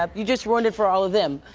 um you just ruined it for all of them.